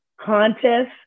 contest